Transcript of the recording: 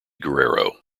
guerrero